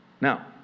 Now